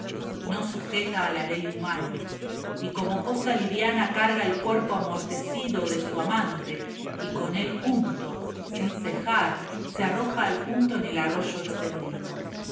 no sujeta a ley humana y como cosa liviana carga el cuerpo amortecido de su amante y con él junto sin cejar se arroja al punto en el arroyo extendido